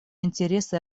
интересы